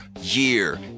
year